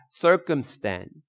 circumstance